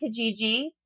Kijiji